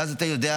ואז אתה יודע,